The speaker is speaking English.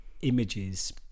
images